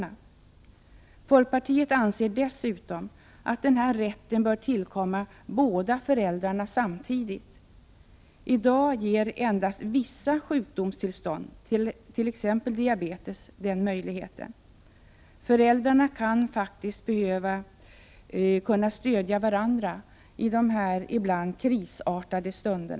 Vi i folkpartiet anser dessutom att denna rätt bör tillkomma båda föräldrarna samtidigt. I dag ger endast vissa sjukdomstillstånd, t.ex. diabetes, den möjligheten. Föräldrarna kan faktiskt behöva stödja varandra i dessa ibland krisartade stunder.